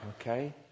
Okay